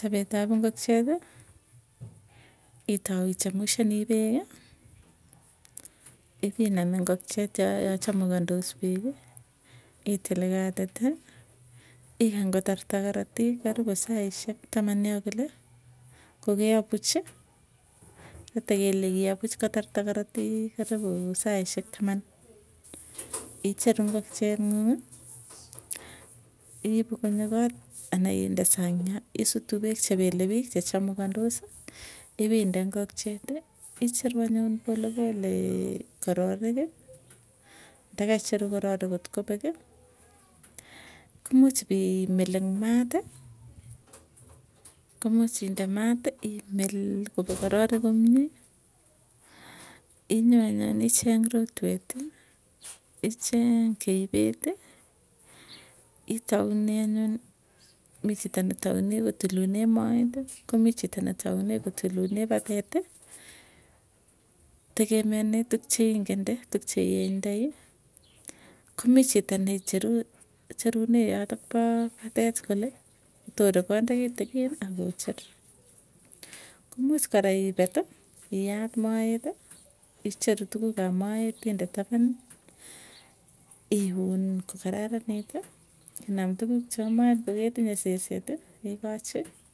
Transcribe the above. Chapet ap ingokieti, itau ichemushani ingokieti, ipinam ingokiet yachamukandos peeki, itli katiti igany kotarta karatikik, karibu saisyek taman yoo kole kokeapuch kotekele keapuch kotarta karatik karibu saisyek tamani. Icheru ngokchie nguung'ii iipu konyo kot ana inde sang yoo isutu peek chepele piich chechamukandosi, ipinde ngokchieti, icheru anyun polepolekororiki. Ndakaicheru kororik kotkopeki, komuuch ipimil eng maati, komuuch inde maati imel kopek kororik komie. Inyoo anyun icheng rotweti icheng keipet itaunen mi chito netaune kotilunee maeti, komii chito netaunee kotilunee pateti tegemeane tukcheingende tukcheiengdai komii chito necheru cherune yotok poo patet kole kotoree kondas kitikin akocher komuuch ipeti iyat maet icheru tuguuk ap maet inde tapani, iun kokararanitit inam tukuuk cha maet ngoketinye seset ikochi.